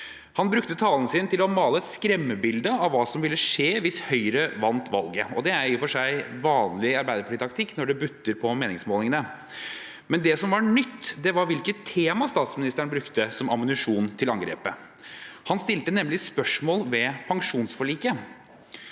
Han brukte talen sin til å male et skremmebilde av hva som ville skje hvis Høyre vant valget, og det er i og for seg vanlig arbeiderpartitaktikk når det butter på meningsmålingene. Det som imidlertid var nytt, var hvilket tema statsministeren brukte som ammunisjon til angrepet. Han stilte nemlig spørsmål ved pensjonsforliket: